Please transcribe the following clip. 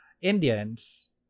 Indians